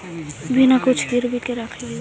बिना कुछ गिरवी मे रखले लोन मिल जैतै का?